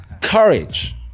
courage